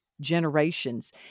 generations